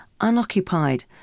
unoccupied